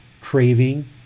craving